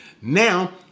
Now